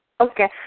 okay